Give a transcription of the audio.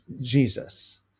Jesus